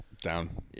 Down